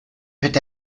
peut